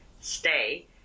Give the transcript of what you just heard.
stay